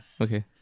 Okay